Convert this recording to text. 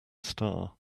star